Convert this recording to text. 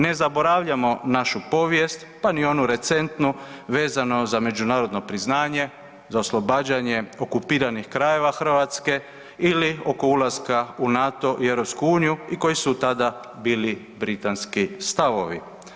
Ne zaboravljamo našu povijest pa ni onu recentnu vezano za međunarodno priznanje za oslobađanje okupiranih krajeva Hrvatske ili oko ulaska u NATO i EU i koji su tada bili britanski stavovi.